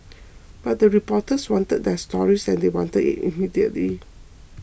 but the reporters wanted their stories and they wanted it immediately